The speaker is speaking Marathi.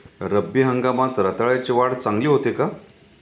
रब्बी हंगामात रताळ्याची वाढ चांगली होते का?